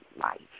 life